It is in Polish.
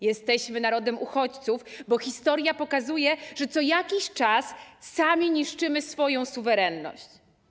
Jesteśmy narodem uchodźców, bo historia pokazuje, że co jakiś czas sami niszczymy swoją suwerenność.